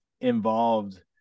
involved